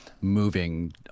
moving